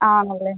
ആണല്ലേ